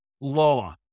law